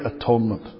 atonement